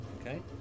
Okay